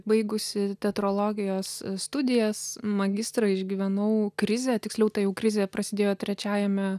baigusi teatrologijos studijas magistrą išgyvenau krizę tiksliau ta jau krizė prasidėjo trečiajame